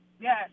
yes